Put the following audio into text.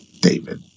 David